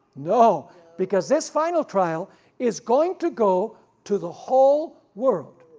no because this final trial is going to go to the whole world.